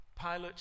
Pilate